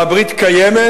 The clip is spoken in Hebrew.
והברית קיימת